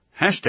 Hashtag